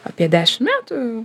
apie dešim metų